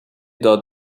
داد